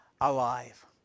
alive